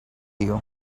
you